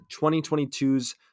2022's